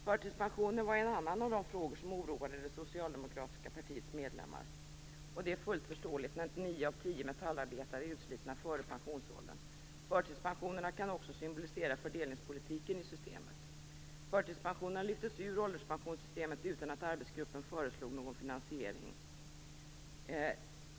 Förtidspensionen var en annan av de frågor som oroade det socialdemokratiska partiets medlemmar, vilket är fullt förståeligt när nio av tio metallarbetare är utslitna före pensionsåldern. Förtidspensionerna kan också symbolisera fördelningspolitiken i systemet. Förtidspensionerna lyftes ur ålderspensionssystemet utan att arbetsgruppen föreslog någon finansiering.